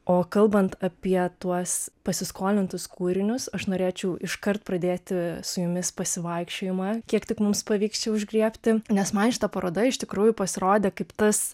o kalbant apie tuos pasiskolintus kūrinius aš norėčiau iškart pradėti su jumis pasivaikščiojimą kiek tik mums pavyks čia užgriebti nes man šita paroda iš tikrųjų pasirodė kaip tas